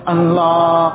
Allah